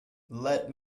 let